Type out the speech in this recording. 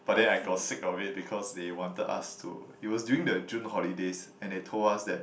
but then I got sick of it because they wanted us to it was during the June holidays and they told us that